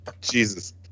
Jesus